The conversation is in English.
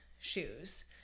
shoes